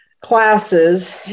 classes